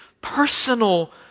personal